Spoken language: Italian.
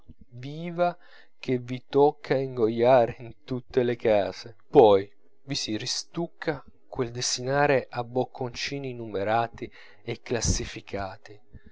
viva che vi tocca a ingoiare in tutte le case poi vi ristucca quel desinare a bocconcini numerati e classificati